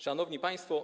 Szanowni Państwo!